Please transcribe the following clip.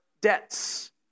debts